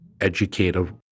educative